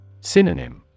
Synonym